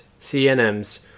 CNMs